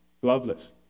gloveless